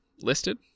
listed